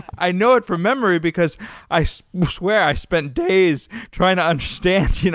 i know it from memory because i so swear, i spent days trying to understand, you know